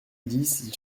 dix